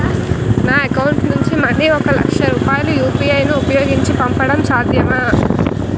నా అకౌంట్ నుంచి మనీ ఒక లక్ష రూపాయలు యు.పి.ఐ ను ఉపయోగించి పంపడం సాధ్యమా?